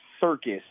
circus